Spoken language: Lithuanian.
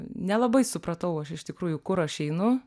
nelabai supratau aš iš tikrųjų kur aš einu